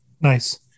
nice